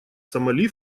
сомали